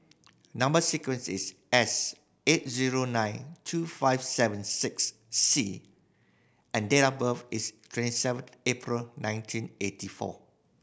number sequence is S eight zero nine two five seven six C and date of birth is twenty seven April nineteen eighty four